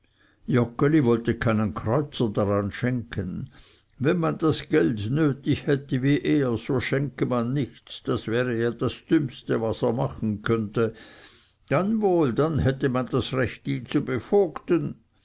wollte keinen kreuzer daran schenken wenn man das geld nötig hätte wie er so schenke man nichts das wäre ja das dümmste was er machen könnte dann wohl dann hätte man das recht ihn zu bevogten